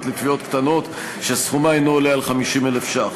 לתביעות קטנות שסכומה אינו עולה על 50,000 ש"ח,